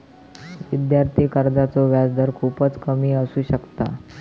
विद्यार्थी कर्जाचो व्याजदर खूपच कमी असू शकता